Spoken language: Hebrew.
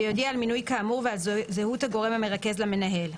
ויודיע על מינוי כאמור ועל זהות הגורם המרכז למנהל,